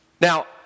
Now